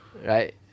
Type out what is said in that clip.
Right